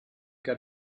got